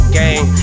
game